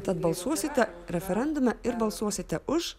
tad balsuosite referendume ir balsuosite už